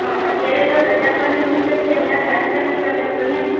હં અત્યારે તો રજા આપાની મુશ્કેલ છે એમના ક્લાસ ચાલુ છે તમને ખબર નથી